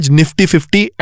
nifty-fifty